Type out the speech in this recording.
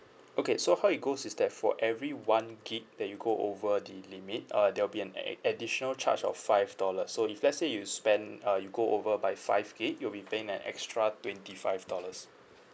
okay so how it goes is that for every one gig that you go over the limit uh there'll be an ad~ additional charge of five dollars so if let's say you spend uh you go over by five gig you'll be paying an extra twenty five dollars